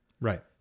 right